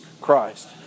Christ